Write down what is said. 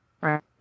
Right